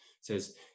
says